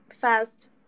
fast